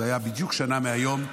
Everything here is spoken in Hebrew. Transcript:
זה היה בדיוק שנה מהיום,